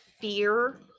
fear